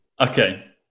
Okay